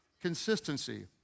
consistency